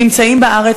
נמצאים בארץ,